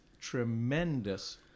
tremendous